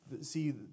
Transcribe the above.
see